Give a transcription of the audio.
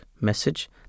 message